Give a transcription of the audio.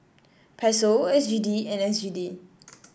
Peso S G D and S G D